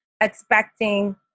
expecting